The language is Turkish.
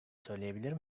söyleyebilir